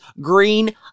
green